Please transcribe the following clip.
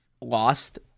lost